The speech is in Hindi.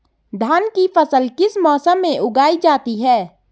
धान की फसल किस मौसम में उगाई जाती है?